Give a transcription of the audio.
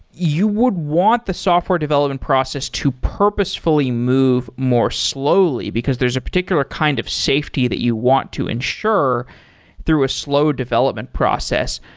you would want the software development process to purposefully move more slowly, because there's a particular kind of safety that you want to ensure through a slow development process.